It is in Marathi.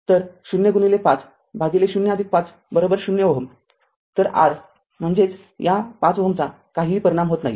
तर ० गुणिले ५ भागिले ० ५० Ω तर R म्हणजेच या ५ Ω चा काही परिणाम होत नाही